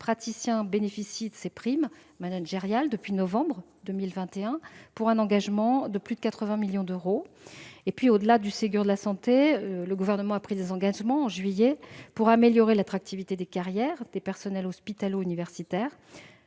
000 praticiens bénéficient de ces primes managériales depuis novembre 2021 ; cela représente un engagement de plus de 80 millions d'euros. Au-delà du Ségur de la santé, le Gouvernement a pris des engagements en juillet dernier pour améliorer l'attractivité des carrières des personnels hospitalo-universitaires